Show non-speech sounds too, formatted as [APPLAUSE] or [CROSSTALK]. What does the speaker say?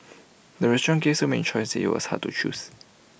[NOISE] the restaurant gave so many choices IT was hard to choose